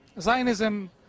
Zionism